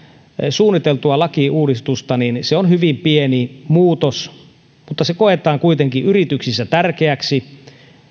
suunniteltua lakiuudistusta niin niin se on hyvin pieni muutos mutta se koetaan kuitenkin yrityksissä tärkeäksi